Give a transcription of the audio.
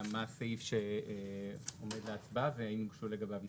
הסעיף שעומד להצבעה והאם הוגשו לגביו הסתייגויות.